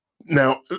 Now